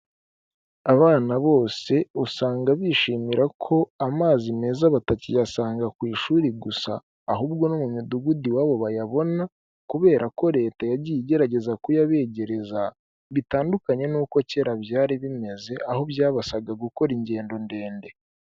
Abana bose usanga bishimira ko amazi meza batakiyasanga ku ishuri gusa, ahubwo no mu midugudu iwabo bayabona kubera ko leta yagiye igerageza kuyabegereza, bitandukanye n'uko kera byari bimeze aho byabasabaga gukora ingendo ndende.